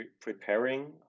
preparing